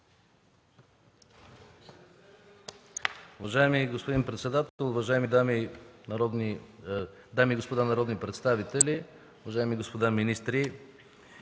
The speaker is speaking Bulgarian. Уважаеми господин председател, дами и господа народни представители, уважаеми господа министри!